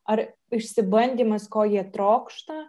ar išsibandymas ko jie trokšta